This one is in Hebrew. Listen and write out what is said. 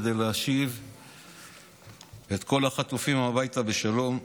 כדי להשיב את כל החטופים הביתה בשלום.